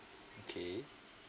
okay